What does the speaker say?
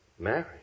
married